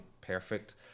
perfect